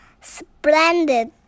Splendid